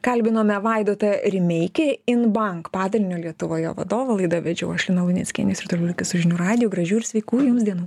kalbinome vaidotą rimeikį inbank padalinio lietuvoje vadovą laidą vedžiau aš lina luneckienė jūs ir toliau likit su žinių radiju gražių ir sveikų jums dienų